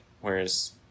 Whereas